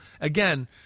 again